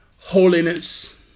holiness